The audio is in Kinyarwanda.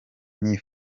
niyo